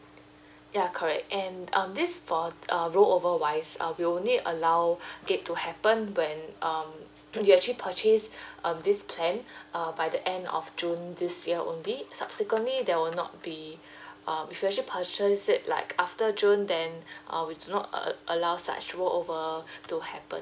ya correct and um this for a roll over wise err we only allow it to happen when um you actually purchase um this plan err by the end of june this year only subsequently there will not be um you actually purchase it like after june then uh we do not all~ allow such roll over to happen